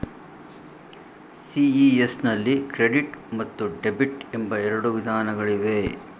CES ನಲ್ಲಿ credit ಮತ್ತು debit ಎಂಬ ಎರಡು ವಿಧಾನಗಳಿವೆ